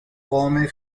وام